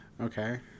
Okay